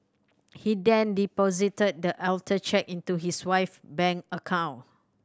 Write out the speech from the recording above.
he then deposited the altered cheque into his wife bank account